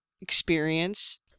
experience